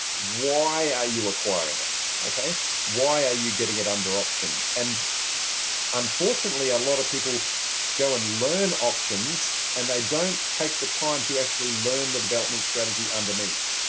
why are you acquiring it? why are you getting it under option? and unfortunately, a lot of people go and learn options, and they don't take the time to actually learn the development strategy underneath.